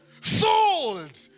Sold